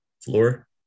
Floor